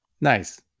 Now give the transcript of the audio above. Nice